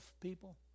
people